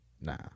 Nah